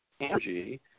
energy